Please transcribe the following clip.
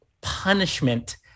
punishment